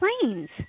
planes